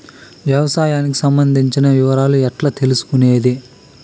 వ్యవసాయానికి సంబంధించిన వివరాలు ఎట్లా తెలుసుకొనేది?